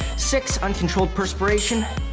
six, uncontrolled perspiration,